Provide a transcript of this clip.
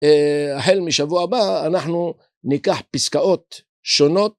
החל משבוע הבא אנחנו ניקח פסקאות שונות